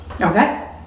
Okay